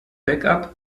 backup